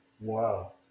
Wow